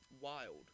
wild